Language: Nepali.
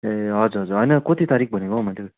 ए हजुर हजुर होइन कति तारिख भनेको हो मैले